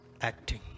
acting